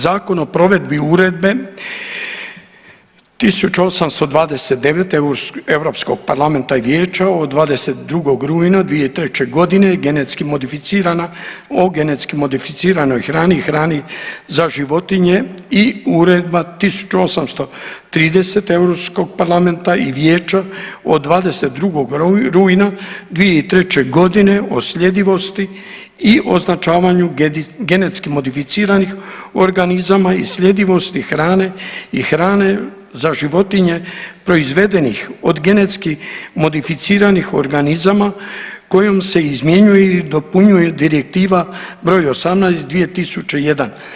Zakon o provedbi Uredbe 1829 Europskog parlamenta i vijeća od 22. rujna 2003. godine genetski modificirana, o genetski modificiranoj hrani i hrani za životinje i Uredba 1830 Europskog parlamenta i vijeća od 22. rujna 2003. godine o sljedivosti i označavanju genetski modificiranih organizama i sljedivosti hrane i hrane za životinje proizvedenih od genetski modificiranih organizama kojom se izmjenjuje i dopunjuje Direktiva broj 18 2001.